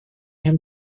him